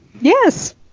yes